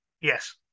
Yes